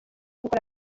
gukora